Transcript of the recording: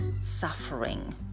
suffering